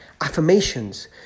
Affirmations